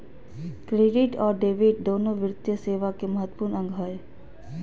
credit और debit दोनो वित्तीय सेवा के महत्त्वपूर्ण अंग हय